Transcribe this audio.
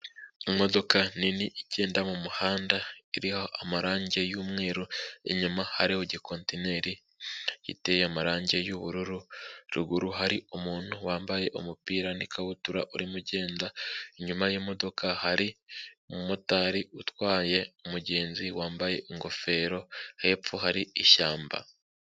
Imodoka nini igenda mu muhanda iriho amarangi y'umweru, inyuma hariho igikontineri giteye amarangi y'ubururu, ruguru hari umuntu wambaye umupira n'ikabutura urimo ugenda inyuma y'imodoka hari umumotari utwaye umugenzi wambaye ingofero hepfo hari ishyamba.